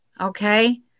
Okay